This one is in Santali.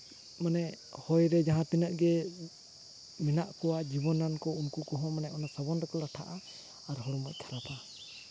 ᱢᱟᱱᱮ ᱦᱚᱭ ᱨᱮ ᱡᱟᱦᱟᱸᱛᱤᱱᱟᱹᱜ ᱜᱮ ᱢᱮᱱᱟᱜ ᱠᱚᱣᱟ ᱡᱤᱵᱚᱱᱟᱱ ᱠᱚ ᱩᱱᱠᱩ ᱠᱚᱦᱚᱸ ᱢᱟᱱᱮ ᱚᱱᱟ ᱥᱟᱵᱚᱱ ᱨᱮᱠᱚ ᱞᱟᱴᱷᱟᱜᱼᱟ ᱟᱨ ᱦᱚᱲᱢᱚᱭ ᱠᱷᱟᱨᱟᱯᱟ